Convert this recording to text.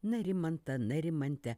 narimantą narimantę